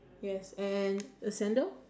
yes and a sandal